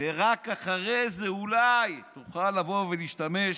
ורק אחרי זה אולי תוכל לבוא ולהשתמש